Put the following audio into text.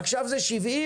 עכשיו זה 70,